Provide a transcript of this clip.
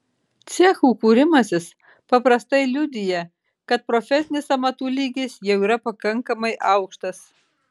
cechų kūrimasis paprastai liudija kad profesinis amatų lygis jau yra pakankamai aukštas